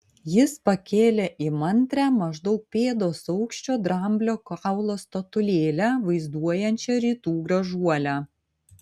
jis pakėlė įmantrią maždaug pėdos aukščio dramblio kaulo statulėlę vaizduojančią rytų gražuolę